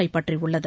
கைப்பற்றியுள்ளது